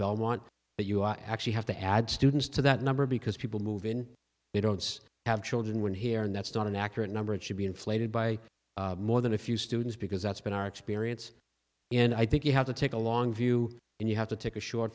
belmont but you actually have to add students to that number because people move in they don't have children when here and that's not an accurate number it should be inflated by more than a few students because that's been our experience and i think you have to take a long view and you have to take a short